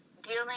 dealing